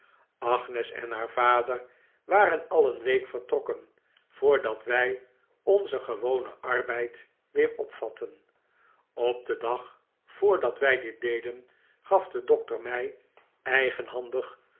agnes en haar vader waren al een week vertrokken voordat wij onzen gewonen arbeid weer opvatten op den dag voordat wij dit deden gaf de doctor mij eigenhandig